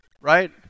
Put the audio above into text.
right